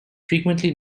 frequently